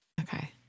okay